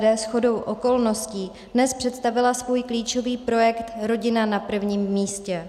SPD shodou okolností dnes představila svůj klíčový projekt Rodina na prvním místě.